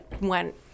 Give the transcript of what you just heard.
went